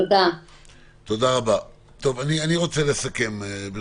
אני רוצה לסכם.